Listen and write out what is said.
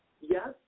yes